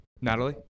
natalie